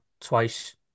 twice